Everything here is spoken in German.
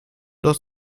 dass